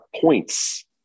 points